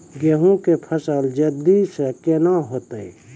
गेहूँ के फसल जल्दी से के ना होते?